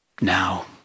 now